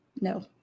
No